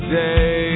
day